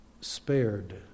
spared